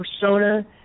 persona